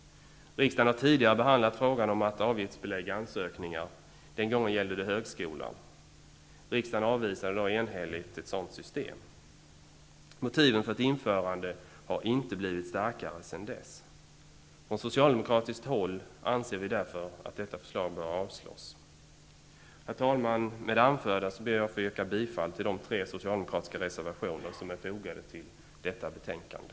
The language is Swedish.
Riksdagen har tidigare behandlat frågan om att avgiftsbelägga ansökningar. Den gången gällde det högskolan. Riksdagen avvisade då enhälligt ett sådant system. Motiven för ett införande har inte blivit starkare sedan dess. Från socialdemokratiskt håll anser vi därför att detta förslag bör avslås. Herr talman! Med det anförda ber jag att få yrka bifall till de tre socialdemokratiska reservationer som är fogade till detta betänkande.